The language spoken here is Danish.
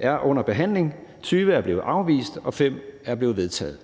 er under behandling, 20 er blevet afvist, og 5 er blevet vedtaget.